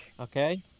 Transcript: Okay